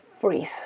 freeze